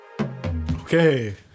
Okay